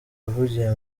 yavugiye